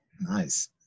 Nice